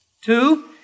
Two